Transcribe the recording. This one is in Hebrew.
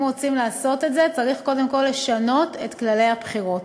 אם רוצים לעשות את זה צריך קודם כול לשנות את כללי הבחירות.